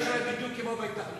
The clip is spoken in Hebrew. כן,